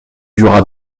dura